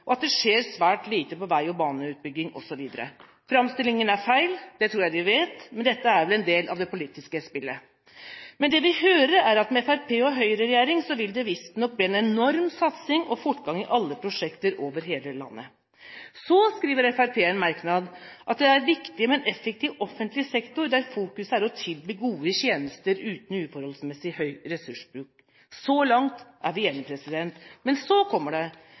er elendig, det skjer svært lite på vei- og baneutbygging osv. Framstillingen er feil, og det tror jeg de vet, men dette er vel en del av det politiske spillet. Det vi hører, er at det med en Fremskrittsparti–Høyre-regjering visstnok vil bli en enorm satsing og fortgang i alle prosjekter over hele landet. Fremskrittspartiet skriver i en merknad at «det er viktig med en effektiv offentlig sektor der fokuset er å tilby gode tjenester uten uforholdsmessig høy ressursbruk». Så langt er vi enige, men så kommer det: